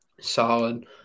solid